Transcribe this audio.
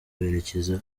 berekeza